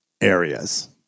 areas